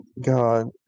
god